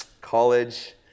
College